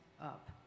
up